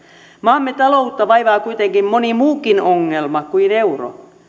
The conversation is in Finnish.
maamme taloutta vaivaa kuitenkin moni muukin ongelma kuin euro